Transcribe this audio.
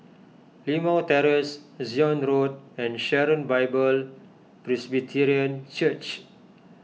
Limau Terrace Zion Road and Sharon Bible Presbyterian Church